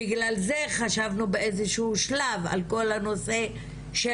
בגלל זה חשבנו באיזשהו שלב על כל הנושא של